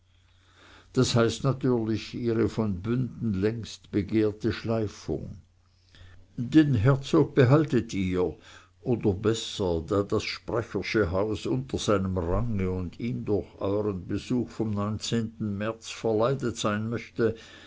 das heißt natürlich ihre von bünden längst begehrte schleifung den herzog behaltet ihr oder besser da das sprechersche haus unter seinem range und ihm durch euren besuch vom neunzehnten märz verleidet sein möchte